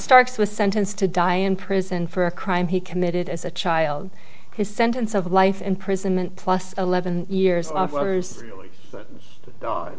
starks was sentenced to die in prison for a crime he committed as a child his sentence of life imprisonment plus eleven years of others